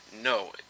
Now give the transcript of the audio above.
No